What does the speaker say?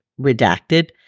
redacted